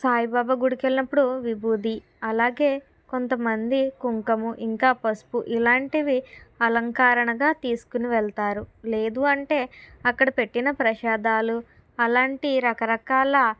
సాయిబాబా గుడికెళ్ళినప్పుడు విభూది అలాగే కొంతమంది కుంకుమ ఇంకా పసుపు ఇలాంటివి అలంకారణగా తీసుకుని వెళ్తారు లేదు అంటే అక్కడ పెట్టిన ప్రసాదాలు అలాంటి రకరకాల